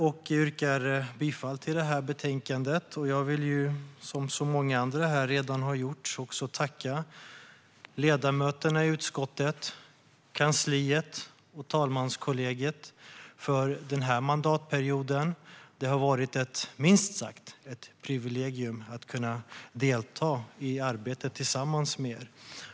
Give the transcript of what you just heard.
Jag yrkar bifall till förslaget i det här utlåtandet och vill som så många andra här redan har gjort också tacka ledamöterna i utskottet, kansliet och talmanskollegiet för den här mandatperioden. Det har minst sagt varit ett privilegium att kunna delta i arbetet tillsammans med er.